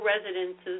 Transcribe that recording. residences